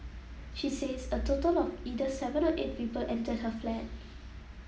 she says a total of either seven or eight people entered her flat